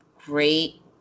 great